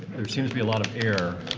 there seems to be a lot of air